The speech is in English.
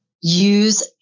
use